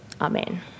Amen